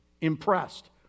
impressed